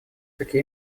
таки